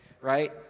right